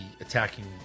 attacking